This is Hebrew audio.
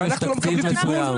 כשאנחנו לא מקבלים טיפול,